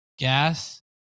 Gas